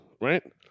right